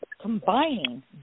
combining